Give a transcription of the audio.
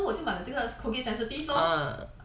ya so 我就买了这个 colgate sensitive lor